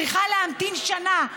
צריכה להמתין שנה?